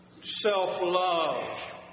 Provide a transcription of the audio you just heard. self-love